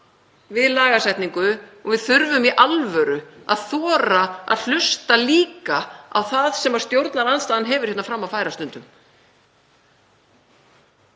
við lagasetningu og við þurfum í alvöru að þora að hlusta líka á það sem stjórnarandstaðan hefur fram að færa stundum.